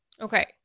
Okay